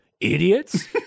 idiots